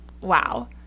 wow